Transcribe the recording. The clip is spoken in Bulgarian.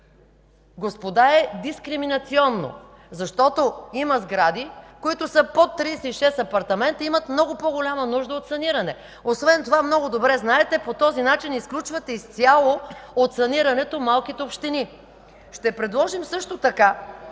господа, е дискриминационно, защото има сгради, които са под 36 апартамента и имат много по-голяма нужда от саниране. Освен това много добре знаете, по този начин изключвате изцяло от санирането малките общини. Ще предложим също така